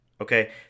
Okay